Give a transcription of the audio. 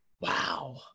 wow